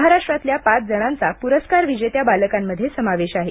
महाराष्ट्रातल्या पाच जणांचा पुरस्कार विजेत्या बालकांमध्ये समावेश आहे